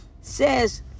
says